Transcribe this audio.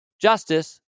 justice